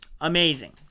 Amazing